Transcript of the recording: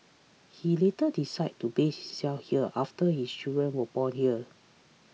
he later decided to base himself here after his children were born here